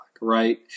right